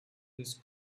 his